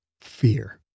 Fear